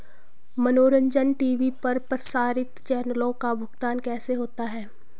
मनोरंजन टी.वी पर प्रसारित चैनलों का भुगतान कैसे होता है?